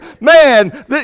Man